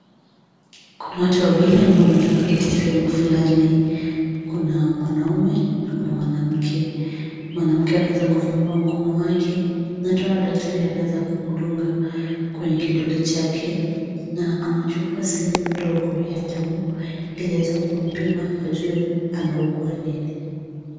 Kuna watu wawili ambao wameweza kuketi sehemu flani kuna mwanaume na kuna mwanamke. Mwanamke amewaza kufunga mkononi wake na tunaona daktari amewaza kumdunga kwenye kidole chake na anatoa sehemu ndogo cha damu ili waweze kumpima ajue anaugua nini.